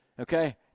Okay